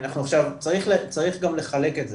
צריך גם לחלק את זה,